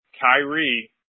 Kyrie